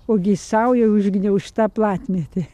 ogi saujoj užgniaužta platmėtė